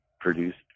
produced